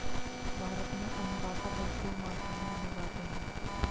भारत में अन्नदाता भरपूर मात्रा में अन्न उगाते हैं